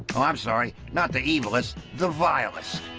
um i'm sorry, not the evilest, the vilest.